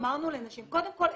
אמרנו לנשים קודם כול,